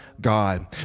God